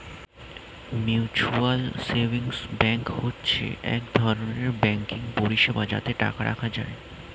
mutual savings bank হচ্ছে এক ধরনের ব্যাঙ্কিং পরিষেবা যাতে টাকা রাখা যায়